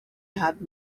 had